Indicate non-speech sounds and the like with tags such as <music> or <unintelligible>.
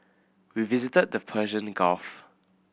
we visited the Persian <unintelligible> Gulf